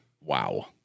Wow